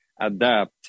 adapt